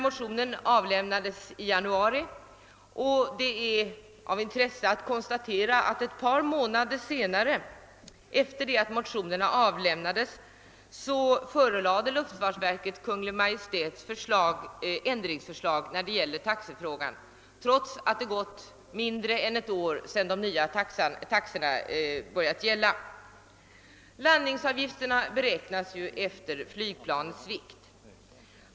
Motionen avlämnades i januari och det är av intresse att konstatera att ett par månader efter avlämnandet förelade luftfartsverket Kungl. Maj:t ändringsförslag beträffande taxorna, trots att det förflutit mindre än ett år sedan de nya taxorna börjat gälla. Landningsavgifterna beräknas ju efter flygplanens vikt.